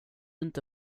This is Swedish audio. inte